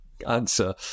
Answer